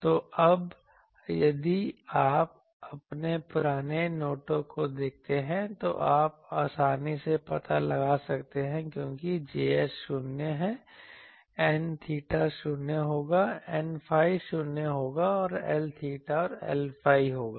तो अब यदि आप अपने पुराने नोटों को देखते हैं तो आप आसानी से पता लगा सकते हैं कि क्योंकि Js 0 है N𝚹 0 होगा Nϕ 0 होगा और L𝚹 और Lϕ होगा